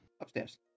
Upstairs